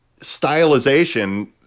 stylization